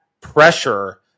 pressure